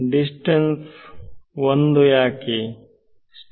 distance ಯಾಕೆ 1